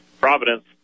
Providence